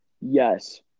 Yes